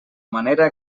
manera